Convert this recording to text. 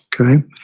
Okay